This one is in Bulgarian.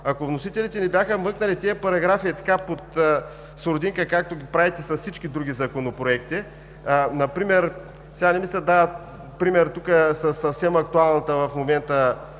ако вносителите не бяха вмъкнали тези параграфи под сурдинка, както го правите с всички други законопроекти – сега не ми се дава пример тук със съвсем актуалната в момента